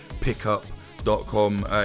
Pickup.com